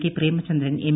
K Premachandran M